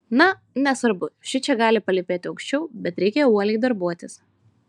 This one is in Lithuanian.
na nesvarbu šičia gali palypėti aukščiau bet reikia uoliai darbuotis